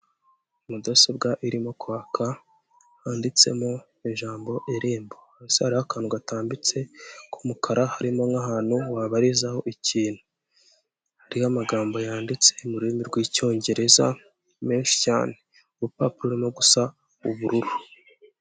Mudasobwa irimo kwaka handitsemo ijambo irembo, hasi hariho akantu gatambitse k'umukara harimo n'ahantu wabarizaho ikintu, hariho amagambo yanditse m'ururimi rw'icyongereza menshi cyane urupapuro rurimo gusa ubururu.